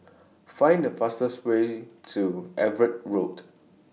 Find The fastest Way to Everitt Road